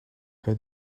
how